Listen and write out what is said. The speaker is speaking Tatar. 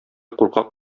куркак